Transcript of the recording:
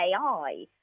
AI